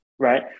Right